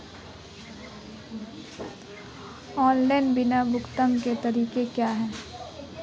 Online bill भुगतान के तरीके क्या हैं?